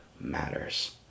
matters